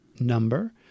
Number